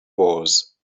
was